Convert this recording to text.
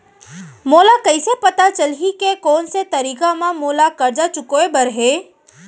मोला कइसे पता चलही के कोन से तारीक म मोला करजा चुकोय बर हे?